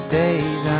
days